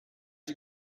you